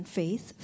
faith